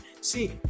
See